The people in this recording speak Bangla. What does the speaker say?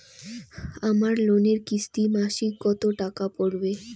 আমার লোনের কিস্তি মাসিক কত টাকা পড়বে?